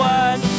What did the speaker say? one